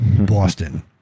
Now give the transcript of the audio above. boston